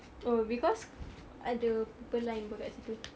oh because ada purple line apa kat situ